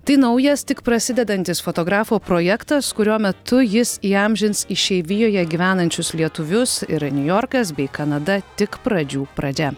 tai naujas tik prasidedantis fotografo projektas kurio metu jis įamžins išeivijoje gyvenančius lietuvius ir niujorkas bei kanada tik pradžių pradžia